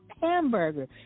hamburger